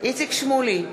איציק שמולי,